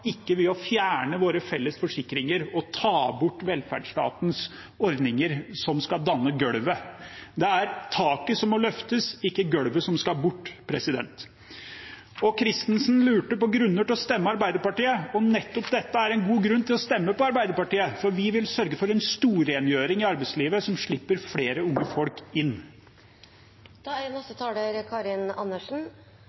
ikke ved å fjerne våre felles forsikringer og ta bort velferdsstatens ordninger, som skal danne golvet. Det er taket som må løftes, ikke golvet som skal bort. Kristensen lurte på grunner til å stemme Arbeiderpartiet. Nettopp dette er en god grunn til å stemme på Arbeiderpartiet, for vi vil sørge for en storrengjøring i arbeidslivet som gjør at flere unge folk